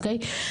אוקיי?